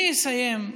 אני אסיים.